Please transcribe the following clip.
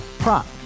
Prop